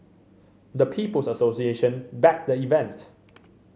the People's Association backed the event